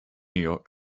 york